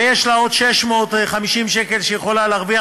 ויש לה עוד 650 שקל שהיא יכולה להרוויח,